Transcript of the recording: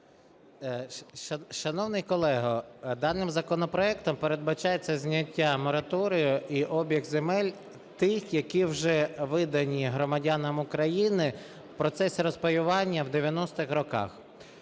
Шановний колего, даним законопроектом передбачається зняття мораторію і обіг земель тих, які вже видані громадянам України в процесі розпаювання в 90-х роках.